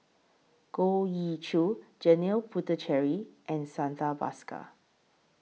Goh Ee Choo Janil Puthucheary and Santha Bhaskar